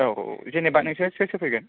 औ औ जेनेबा नोंसोर सोर सोर फैगोन